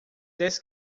dez